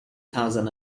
thousand